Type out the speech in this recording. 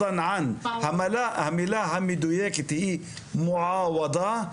המילה המדויקת היא מועוואדה,